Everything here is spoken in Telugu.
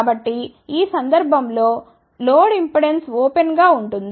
కాబట్టి ఈ సందర్భం లో లోడ్ ఇంపెడెన్స్ ఓపెన్ గా ఉంటుంది